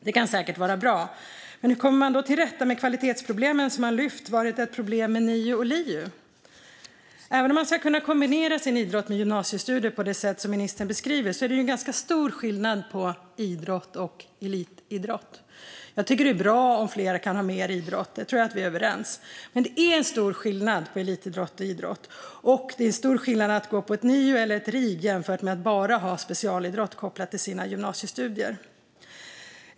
Det kan säkert vara bra, men hur kommer man då till rätta med kvalitetsproblemen som man sagt varit ett problem med NIU och LIU? Även om man ska kunna kombinera sin idrott med gymnasiestudier på det sätt som ministern beskriver är det en stor skillnad på idrott och elitidrott. Jag tycker att det är bra om fler kan ha mer idrott. Det tror jag att vi är överens om. Men det är stor skillnad mellan elitidrott och idrott, och det är stor skillnad mellan att gå på ett NIU eller ett RIG och att bara ha specialidrott kopplat till sina gymnasiestudier.